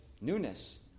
Newness